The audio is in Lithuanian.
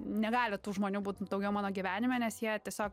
negali tų žmonių būt daugiau mano gyvenime nes jie tiesiog